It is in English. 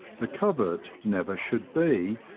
the covert never should be,